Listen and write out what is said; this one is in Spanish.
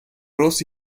ross